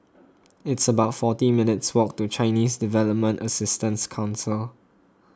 it's about forty minutes' walk to Chinese Development Assistance Council